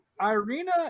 Irina